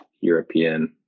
European